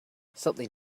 something